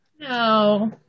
No